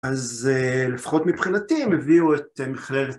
אז לפחות מבחינתי הם הביאו את מכללת...